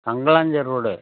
Kangalancheri road